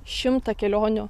šimtą kelionių